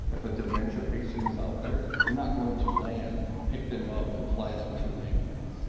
if a dementia patient is out there, you're not going to land, pick them up and fly them to an ambulance. yeah